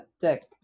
dick